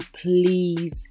please